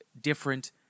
different